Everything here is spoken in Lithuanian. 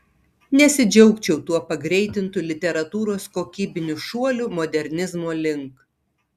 nesidžiaugčiau tuo pagreitintu literatūros kokybiniu šuoliu modernizmo link